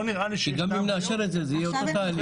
לא נראה לי -- גם אם נאשר את זה יהיה אותו תהליך.